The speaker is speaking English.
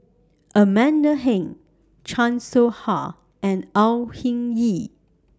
Amanda Heng Chan Soh Ha and Au Hing Yee